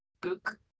book